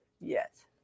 yes